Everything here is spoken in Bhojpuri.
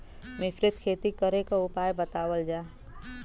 मिश्रित खेती करे क उपाय बतावल जा?